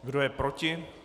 Kdo je proti?